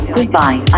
Goodbye